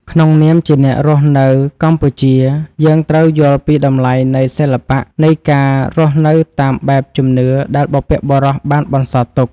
ក្នុងនាមជាអ្នករស់នៅកម្ពុជាយើងត្រូវយល់ពីតម្លៃនៃសិល្បៈនៃការរស់នៅតាមបែបជំនឿដែលបុព្វបុរសបានបន្សល់ទុក។